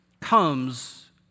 comes